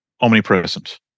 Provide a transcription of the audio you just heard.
omnipresent